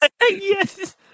yes